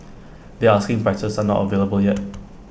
their asking prices are not available yet